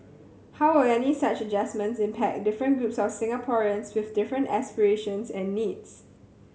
how will any such adjustments impact different groups of Singaporeans with different aspirations and needs